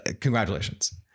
congratulations